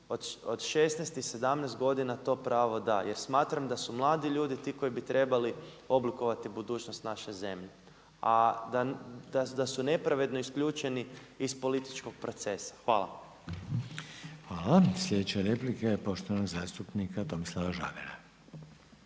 od 16 i 17 godina to pravo da jer smatram da su mladi ljudi ti koji bi trebali oblikovati budućnost naše zemlje a da su nepravedno isključeni iz političkog procesa. Hvala. **Reiner, Željko (HDZ)** Hvala. Sljedeća replika je poštovanog zastupnika Tomislava Žagara.